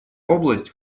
область